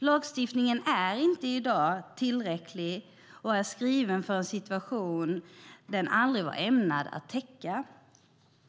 Lagstiftningen är i dag inte tillräcklig och är skriven för en situation den aldrig var ämnad att täcka.